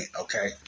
okay